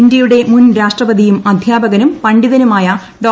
ഇന്ത്യയുടെ മുൻ രാഷ്ട്രപതിയൂട്ട അധ്യാപകനും പണ്ഡിതനുമായഡോ